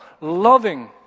loving